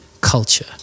culture